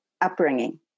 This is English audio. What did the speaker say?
upbringing